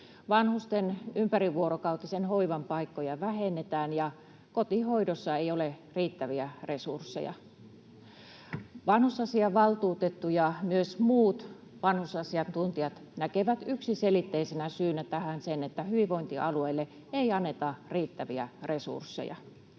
Vanhusten ympärivuorokautisen hoivan paikkoja vähennetään, ja kotihoidossa ei ole riittäviä resursseja. Vanhusasiavaltuutettu ja myös muut vanhusasiantuntijat näkevät yksiselitteisenä syynä tähän sen, että hyvinvointialueille ei anneta riittäviä resursseja.